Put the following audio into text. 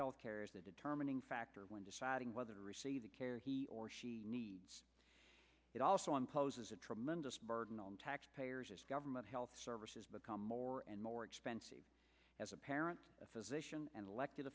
health care is the determining factor when deciding whether to receive the care he or needs it also imposes a tremendous burden on taxpayers as government health services become more and more expensive as a parent a physician and elected